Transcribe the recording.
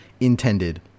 intended